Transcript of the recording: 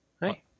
Hey